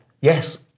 yes